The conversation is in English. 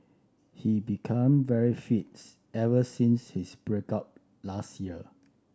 he become very fits ever since his break up last year